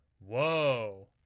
whoa